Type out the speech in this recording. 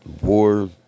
War